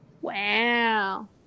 Wow